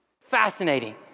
fascinating